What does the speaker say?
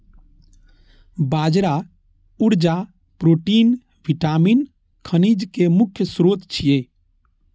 बाजरा ऊर्जा, protein, vitamin, खनिज के मुख्य स्रोत छियै